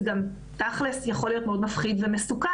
זה גם תכל'ס יכול להיות מאוד מפחיד ומסוכן,